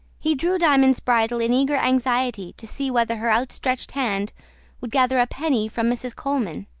he drew diamond's bridle in eager anxiety to see whether her outstretched hand would gather a penny from mrs. coleman.